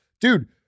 dude